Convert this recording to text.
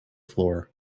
floor